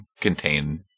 contain